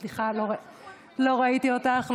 סליחה, לא ראיתי אותך.